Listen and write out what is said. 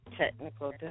technical